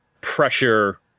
pressure